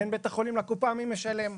לגבי מי משלם.